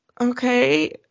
okay